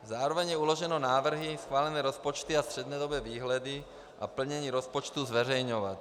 Zároveň je uloženo návrhy, schválené rozpočty a střednědobé výhledy a plnění rozpočtů zveřejňovat.